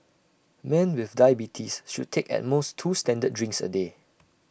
men with diabetes should take at most two standard drinks A day